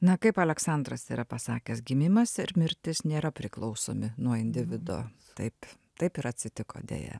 na kaip aleksandras yra pasakęs gimimas ir mirtis nėra priklausomi nuo individo taip taip ir atsitiko deja